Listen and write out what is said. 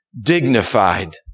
dignified